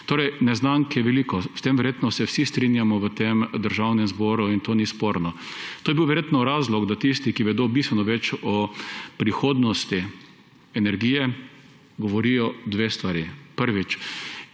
Torej, neznank je veliko. S tem verjetno se vsi strinjamo v Državnem zboru in to ni sporno. To je bil verjetno razlog, da tisti, ki vedo bistveno več o prihodnosti energije, govorijo dve stvari. Prvič,